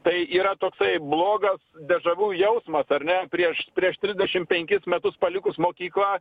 tai yra toksai blogas dežavu jausmas ar ne prieš prieš trisdešim penkis metus palikus mokyklą